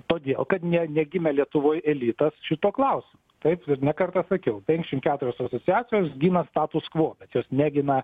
todėl kad ne negimė lietuvoj elitas šituo klausimu taip ir ne kartą sakiau penkiasdešimt keturios asociacijos gina status kvo bet jos negina